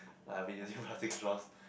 I will be the plastic straws